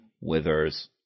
withers